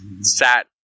sat